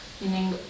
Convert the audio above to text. Meaning